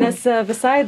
nes visai